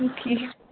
ٹھیٖک